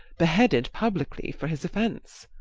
beheaded publicly for his offence.